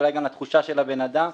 אולי גם לתחושה של הבן אדם,